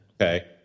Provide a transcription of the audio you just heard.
okay